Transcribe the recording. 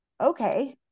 okay